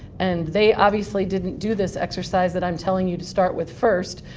and they obviously didn't do this exercise that i'm telling you to start with first.